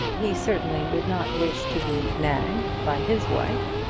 he certainly would not wish to be nagged by his wife.